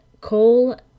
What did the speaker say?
Call